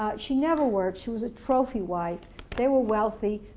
ah she never worked she was a trophy wife they were wealthy,